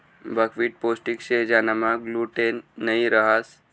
buckwheat पोष्टिक शे ज्यानामा ग्लूटेन नयी रहास